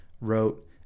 wrote